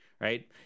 right